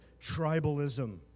tribalism